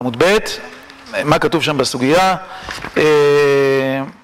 עמוד ב', מה כתוב שם בסוגיה? הא...